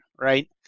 right